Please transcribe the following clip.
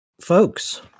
folks